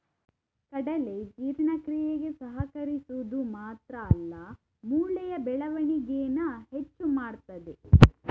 ಕಡಲೆ ಜೀರ್ಣಕ್ರಿಯೆಗೆ ಸಹಕರಿಸುದು ಮಾತ್ರ ಅಲ್ಲ ಮೂಳೆಯ ಬೆಳವಣಿಗೇನ ಹೆಚ್ಚು ಮಾಡ್ತದೆ